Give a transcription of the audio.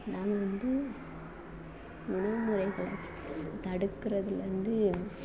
நாம வந்து உணவு முறை தடுக் தடுக்கறதுலருந்து